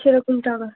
সেরকমটা আবার